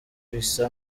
bisa